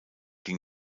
ging